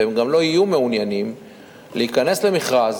והם גם לא יהיו מעוניינים להיכנס למכרז,